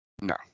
no